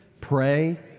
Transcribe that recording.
Pray